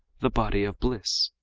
the body of bliss.